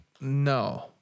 No